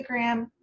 Instagram